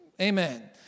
amen